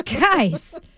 Guys